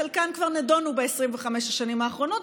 חלקן כבר נדונו ב-25 השנים האחרונות,